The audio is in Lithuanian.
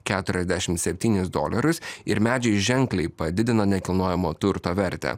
keturiasdešim septynis dolerius ir medžiai ženkliai padidina nekilnojamo turto vertę